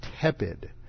tepid